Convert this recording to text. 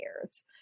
years